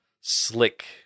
slick